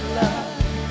love